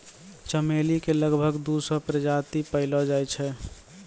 चमेली के लगभग दू सौ प्रजाति पैएलो जाय छै